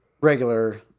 Regular